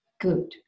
Good